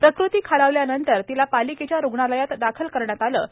प्रकृती खालावल्यानंतर तिला पालिकेच्या रुग्णालयात दाखल करण्यात आलं होतं